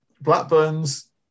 Blackburn's